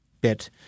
bit